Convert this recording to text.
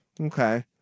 Okay